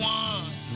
one